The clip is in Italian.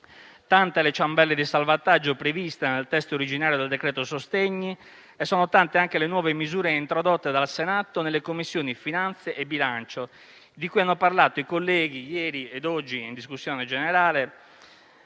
tante le ciambelle di salvataggio previste nel testo originario del decreto sostegni e sono tante anche le nuove misure introdotte dal Senato nelle Commissioni finanze e bilancio, di cui hanno parlato i colleghi ieri e oggi in discussione generale,